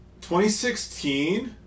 2016